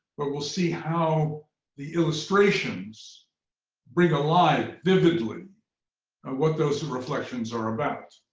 but we'll see how the illustrations bring alive vividly of what those reflections are about.